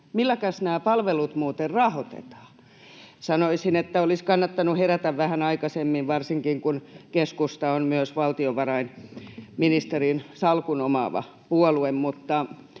milläkäs nämä palvelut muuten rahoitetaan. Sanoisin, että olisi kannattanut herätä vähän aikaisemmin, varsinkin kun keskusta on myös valtiovarainministerin salkun omaava puolue.